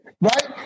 Right